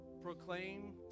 proclaim